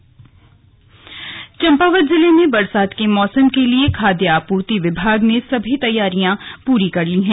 slug monsoon Champawat Champawat जिले में बरसात के मौसम के लिए खाद्य आपूर्ति विभाग ने सभी तैयारियां पूरी कर ली है